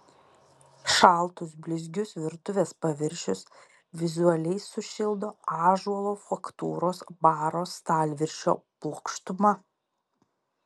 šaltus blizgius virtuvės paviršius vizualiai sušildo ąžuolo faktūros baro stalviršio plokštuma